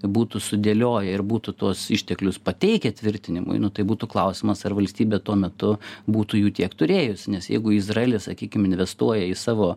būtų sudėlioję ir būtų tuos išteklius pateikę tvirtinimui nu tai būtų klausimas ar valstybė tuo metu būtų jų tiek turėjusi nes jeigu izraelis sakykim investuoja į savo